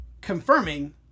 Confirming